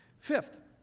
fifth,